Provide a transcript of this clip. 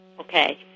Okay